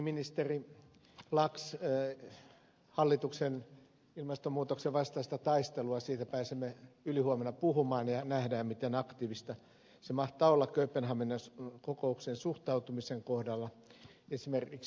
niin ministeri brax hallituksen ilmastonmuutoksen vastaisesta taistelusta pääsemme ylihuomenna puhumaan ja nähdään miten aktiivista se mahtaa olla kööpenhaminan kokoukseen suhtautumisen kohdalla esimerkiksi